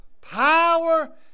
Power